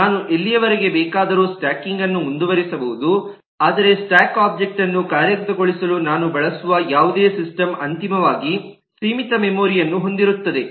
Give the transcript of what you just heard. ನಾನು ಎಲ್ಲಿಯವರೆಗೆ ಬೇಕಾದರೂ ಸ್ಟ್ಯಾಕಿಂಗ್ ಅನ್ನು ಮುಂದುವರಿಸಬಹುದು ಆದರೆ ಸ್ಟಾಕ್ ಒಬ್ಜೆಕ್ಟ್ ಅನ್ನು ಕಾರ್ಯಗತಗೊಳಿಸಲು ನಾನು ಬಳಸುವ ಯಾವುದೇ ಸಿಸ್ಟಂ ಅಂತಿಮವಾಗಿ ಸೀಮಿತ ಮೆಮೊರಿ ಯನ್ನು ಹೊಂದಿರುತ್ತದೆ